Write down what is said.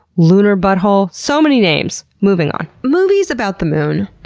lunar butthole? so many names. moving on. movies about the moon.